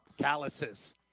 Calluses